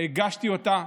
הגשתי אותה,